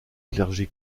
clergé